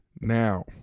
now